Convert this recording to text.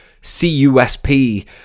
C-U-S-P